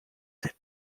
did